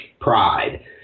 Pride